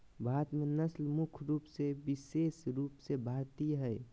भारत में नस्ल मुख्य रूप से विशेष रूप से भारतीय हइ